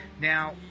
Now